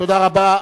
תודה רבה.